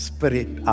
Spirit